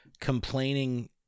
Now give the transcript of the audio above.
complaining